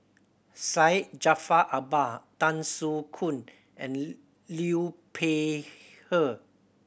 Syed Jaafar Albar Tan Soo Khoon and Liu Peihe